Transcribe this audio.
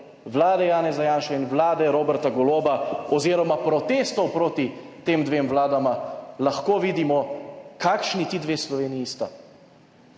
Vlade Janeza Janše in Vlade Roberta Goloba oziroma protestov proti tem dvema vladama lahko vidimo kakšni ti dve Sloveniji sta,